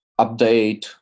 update